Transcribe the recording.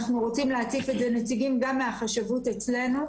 גם נציגים מהחשבות אצלנו.